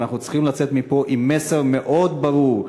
ואנחנו צריכים לצאת מפה עם מסר מאוד ברור: